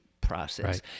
process